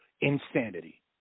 insanity